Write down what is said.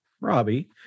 Robbie